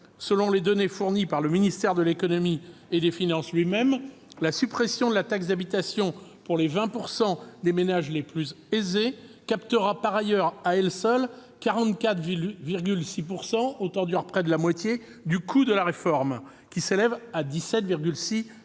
Selon les données fournies par le ministère de l'économie et des finances lui-même, la suppression de la taxe d'habitation pour les 20 % des ménages les plus aisés représentera par ailleurs, à elle seule 44,6 % du coût de la réforme, qui s'élève à 17,6